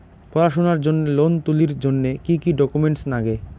পড়াশুনার জন্যে লোন তুলির জন্যে কি কি ডকুমেন্টস নাগে?